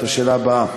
את השאלה הבאה: